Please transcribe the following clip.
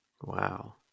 Wow